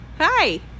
Hi